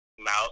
mouth